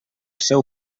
seu